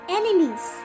enemies